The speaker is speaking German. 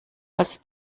als